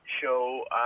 show